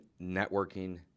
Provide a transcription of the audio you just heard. networking